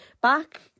back